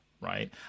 right